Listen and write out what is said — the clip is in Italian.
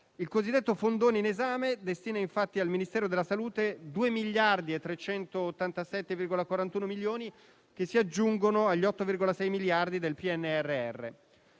Il cosiddetto fondone in esame destina, infatti al Ministero della salute 2 miliardi e 387,41 milioni di euro, che si aggiungono agli 8,6 del PNRR.